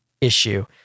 issue